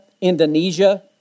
Indonesia